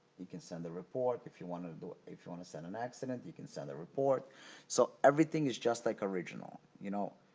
you can send the report. if you want to to do it, if you want to send an accident, you can send a report so everything is just like original, you know.